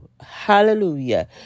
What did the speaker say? Hallelujah